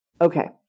okay